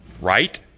Right